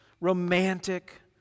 Romantic